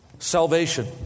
Salvation